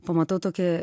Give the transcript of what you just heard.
pamatau tokią